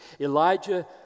Elijah